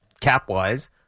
cap-wise